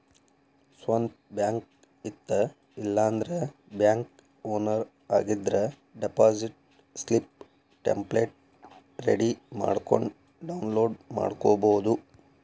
ಸ್ವಂತ್ ಬ್ಯಾಂಕ್ ಇತ್ತ ಇಲ್ಲಾಂದ್ರ ಬ್ಯಾಂಕ್ ಓನರ್ ಆಗಿದ್ರ ಡೆಪಾಸಿಟ್ ಸ್ಲಿಪ್ ಟೆಂಪ್ಲೆಟ್ ರೆಡಿ ಮಾಡ್ಕೊಂಡ್ ಡೌನ್ಲೋಡ್ ಮಾಡ್ಕೊಬೋದು